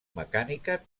mecànica